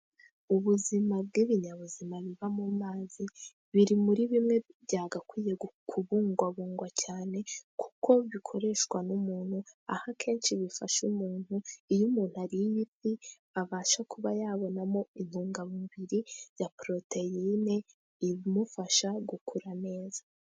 Ubuzima bw'ibinyabuzima biva mu mazi , biri muri bimwe byagakwiye kubungabungwa cyane kuko bikoreshwa n'umuntu , aho akenshi bifasha umuntu , iyo umuntu ariye ifi abasha kuba yabonamo intungamubiri ya poroteyine imufasha gukura neza.